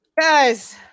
guys